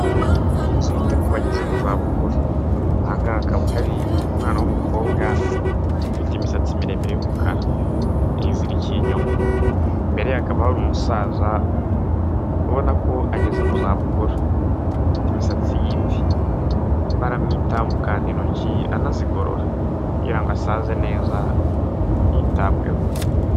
Ni inzu yita ku bageze mu za bukuru, aha ngaha hakaba hari umwana w'umukobwa ufite imisatsi miremire y'umukara, yayizirikiye inyuma, imbere ye hakaba hari umusaza ubona ko ageze mu za bukuru, afite imisatsi y'imvi arimo aramwitaho amukanda intoki anazigorora, kugira ngo asaze neza yitabweho.